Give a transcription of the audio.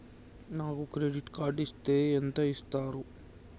నాకు credit card ఇస్తే ఎంత ఇస్తరు?